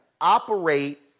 operate